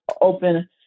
open